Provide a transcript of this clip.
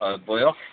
আৰু বয়স